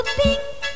pink